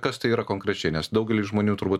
kas tai yra konkrečiai nes daugeliui žmonių turbūt